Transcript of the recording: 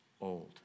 old